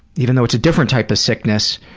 even though it's a different type of sickness,